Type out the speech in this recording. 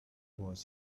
was